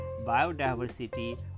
biodiversity